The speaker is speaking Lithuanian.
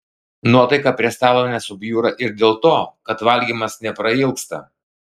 nuotaika prie stalo nesubjūra ir dėl to kad valgymas neprailgsta